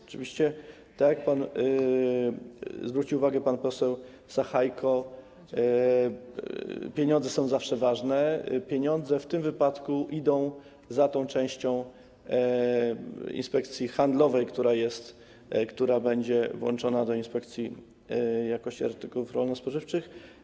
Oczywiście tak jak zwrócił uwagę pan poseł Sachajko, pieniądze zawsze są ważne i pieniądze w tym wypadku idą za tą częścią Inspekcji Handlowej, która będzie włączona do inspekcji jakości artykułów rolno-spożywczych.